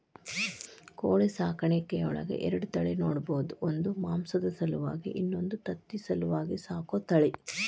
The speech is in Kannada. ಕೋಳಿ ಸಾಕಾಣಿಕೆಯೊಳಗ ಎರಡ ತಳಿ ನೋಡ್ಬಹುದು ಒಂದು ಮಾಂಸದ ಸಲುವಾಗಿ ಇನ್ನೊಂದು ತತ್ತಿ ಸಲುವಾಗಿ ಸಾಕೋ ತಳಿ